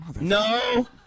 No